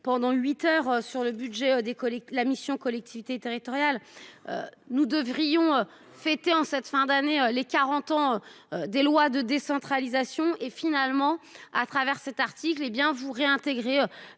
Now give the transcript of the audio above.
Pendant 8h, sur le budget des coliques. La mission collectivités territoriales. Nous devrions fêter en cette fin d'année les 40 ans des lois de décentralisation et finalement à travers cet article. Eh bien vous réintégrer.